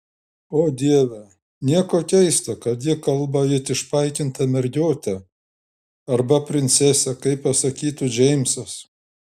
o dieve nieko keista kad ji kalba it išpaikinta mergiotė arba princesė kaip pasakytų džeimsas